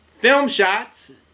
filmshots